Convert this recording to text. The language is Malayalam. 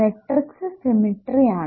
മെട്രിക്സ് സിമിട്രി ആണ്